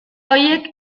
horiek